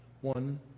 one